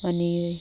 मानियै